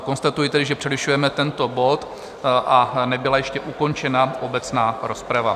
Konstatuji tedy, že přerušujeme tento bod, a nebyla ještě ukončena obecná rozprava.